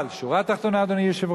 אבל, שורה תחתונה, אדוני היושב-ראש,